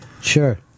Sure